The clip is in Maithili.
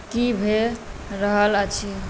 की भऽ रहल अछि